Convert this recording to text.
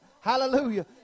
Hallelujah